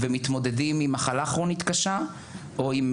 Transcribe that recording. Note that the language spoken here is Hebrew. ומתמודדים עם מחלה כרונית קשה או עם